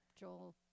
Joel